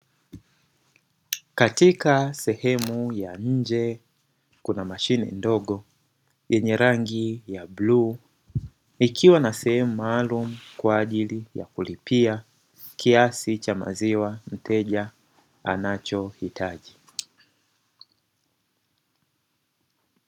Katika sehemu ya nje kuna mashine ndogo yenye rangi ya bluu, ikiwa na sehemu maalumu kwa ajili ya kulipia kiasi cha maziwa mteja anachohitaji.